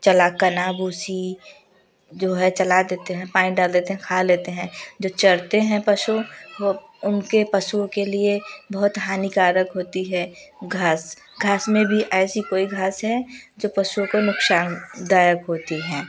चला कना बूसी जो हैं चला देते हैं पानी डाल देते हैं खा लेते हैं जो चरते हैं पशु वो उनके पशुओं के लिए बहुत हानिकारक होती है घास घास में भी ऐसी कोई घास है जो पशुओं को नुकसान दायक होती हैं